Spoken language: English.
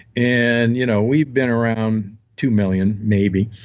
and you know we've been around two million, maybe.